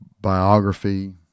biography